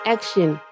Action